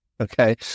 Okay